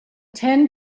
ten